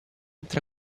tra